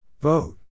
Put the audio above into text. Vote